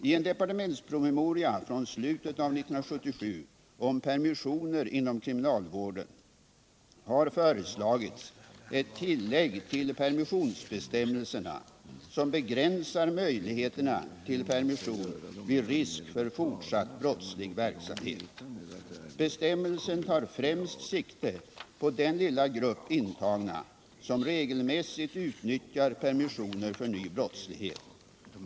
I en departementspromemoria från slutet av 1977 om permissioner inom kriminalvården har föreslagits ett tillägg till permissionsbestämmelserna som begränsar möjligheterna till permission vid risk för fortsatt brottslig verk samhet. Bestämmelsen tar främst sikte på den lilla grupp intagna som regelmässigt utnyttjar permissioner för ny brottslighet.